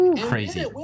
Crazy